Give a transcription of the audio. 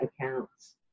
accounts